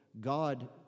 God